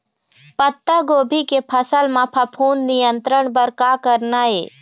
पत्तागोभी के फसल म फफूंद नियंत्रण बर का करना ये?